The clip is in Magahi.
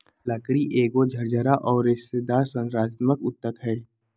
लकड़ी एगो झरझरा औरर रेशेदार संरचनात्मक ऊतक हइ